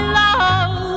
love